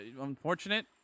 unfortunate